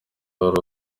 wari